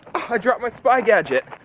i dropped my spy gadget.